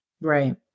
Right